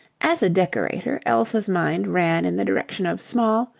as a decorator elsa's mind ran in the direction of small,